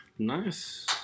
Nice